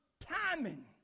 timing